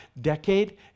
decade